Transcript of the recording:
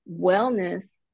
wellness